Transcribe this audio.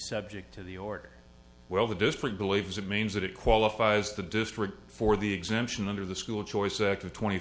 subject to the order well the district believes it means that it qualifies the district for the exemption under the school choice act or twenty